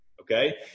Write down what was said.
okay